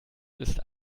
ist